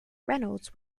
reynolds